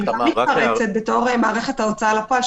בתור מערכת ההוצאה לפועל,